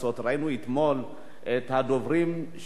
ראינו אתמול את הדוברים של